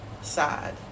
side